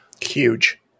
huge